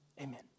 amen